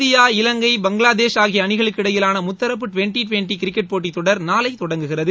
India இவங்கை பங்களாதேஷ் ஆகிய அணிகளுக்கு இடையிலான முத்தரப்பு டுவெண்டி டுவெண்டி கிரிக்கெட் போட்டித் தொடர் நாளை தொடங்குகிறது